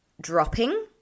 dropping